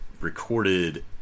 recorded